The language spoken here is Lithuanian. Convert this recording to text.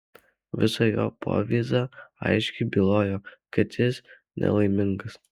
visa jo povyza aiškiai bylojo kad jis nelaimingas